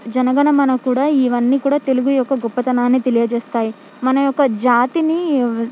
జనగణమన కూడా ఇవన్నీ కూడా తెలుగు యొక్క గొప్పతనాన్ని తెలియజేస్తాయి మన యొక్క జాతిని